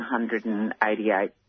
188